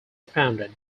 founded